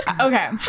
okay